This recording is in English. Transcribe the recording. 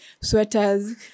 sweaters